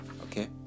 okay